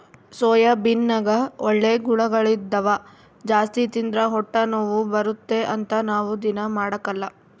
ಸೋಯಾಬೀನ್ನಗ ಒಳ್ಳೆ ಗುಣಗಳಿದ್ದವ ಜಾಸ್ತಿ ತಿಂದ್ರ ಹೊಟ್ಟೆನೋವು ಬರುತ್ತೆ ಅಂತ ನಾವು ದೀನಾ ಮಾಡಕಲ್ಲ